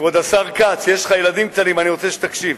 כבוד השר כץ, יש לך ילדים קטנים, אני רוצה שתקשיב,